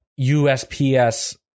USPS